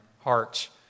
hearts